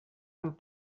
amb